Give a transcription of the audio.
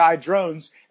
drones